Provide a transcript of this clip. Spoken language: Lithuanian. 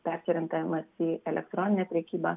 persiorientavimas į elektroninę prekybą